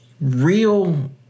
real